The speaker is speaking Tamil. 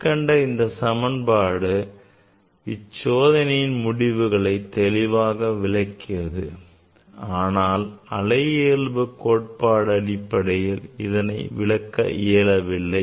மேற்கண்ட இந்த சமன்பாடு இச்சோதனையின் முடிவுகளை தெளிவாக விளக்கியது ஆனால் அலையியல்பு கோட்பாடு அடிப்படையில் இதனை விளக்க இயலவில்லை